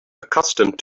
accustomed